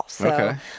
Okay